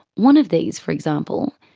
one of these, for example,